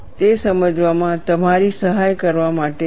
તે સમજવામાં તમારી સહાય કરવા માટે છે